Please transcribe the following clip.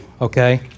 okay